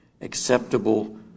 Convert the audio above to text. acceptable